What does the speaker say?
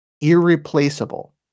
Irreplaceable